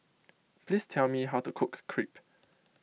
please tell me how to cook Crepe